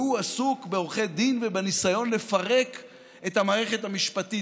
והוא עסוק בעורכי דין ובניסיון לפרק את המערכת המשפטית.